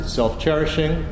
self-cherishing